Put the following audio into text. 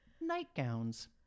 nightgowns